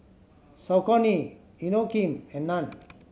Saucony Inokim and Nan